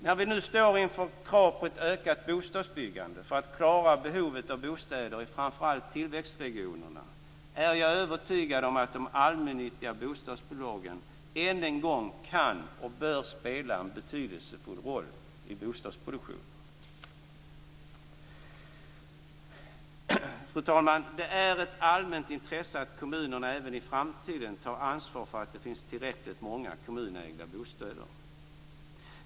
När vi nu står inför krav på ett ökat bostadsbyggande för att klara behovet av bostäder i framför allt tillväxtregionerna är jag övertygad om att de allmännyttiga bostadsbolagen än en gång kan och bör spela en betydelsefull roll i bostadsproduktionen. Fru talman! Det är ett allmänt intresse att kommunerna även i framtiden tar ansvar för att det finns tillräckligt många kommunägda bostäder.